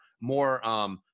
more